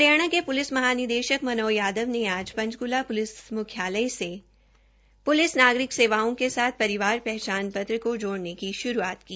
हरियाणा के प्लिस महानिदेशक मनोज यादव ने आज पंचकला प्लिस मुख्यालय से प्लिस नागरिक सेवाओ की साथ परिवार पहचान पत्र को जोड़ने की श्रूआत की